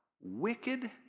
wicked